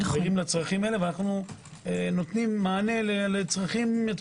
אנו מודעים להם ונותנים מענה לצרכים.